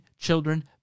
children